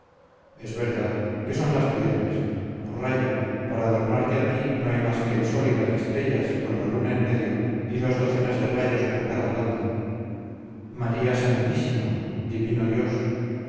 es verdad qué son las piedras morralla para adornarte a ti no hay más que el sol y las estrellas con la luna en medio y dos docenas de rayos por cada banda maría santísima divino dios